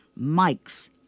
mics